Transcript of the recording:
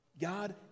God